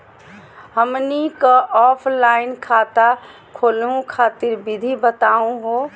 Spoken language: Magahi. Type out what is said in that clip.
हमनी क ऑफलाइन खाता खोलहु खातिर विधि बताहु हो?